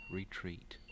retreat